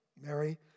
Mary